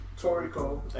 Toriko